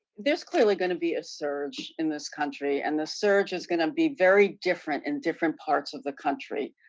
there's clearly going to be a surge in this country and the surge is going to be very different in different parts of the country.